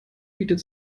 bietet